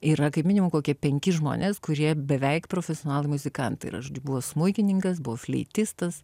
yra kaip minimum kokie penki žmonės kurie beveik profesionalai muzikantai ir aš buvo smuikininkas buvo fleitistas